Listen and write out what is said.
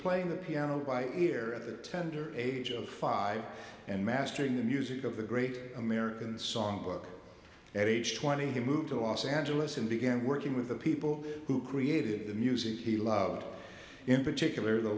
playing the piano by ear tender age of five and mastering the music of the great american songbook at age twenty he moved to los angeles and began working with the people who created the music he loved in particular the